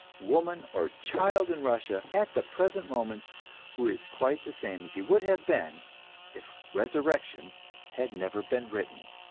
woman or child in russia at the present moment who is quite the same as he would have been if resurrection had never been written.